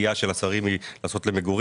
הנטייה של השרים היא לעשות למגורים,